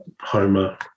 Homer